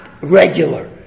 regular